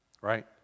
right